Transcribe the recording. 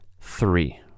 three